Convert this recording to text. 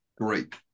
great